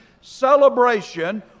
celebration